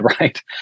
right